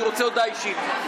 אני רוצה הודעה אישית.